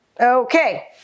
Okay